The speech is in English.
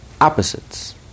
Opposites